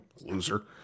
loser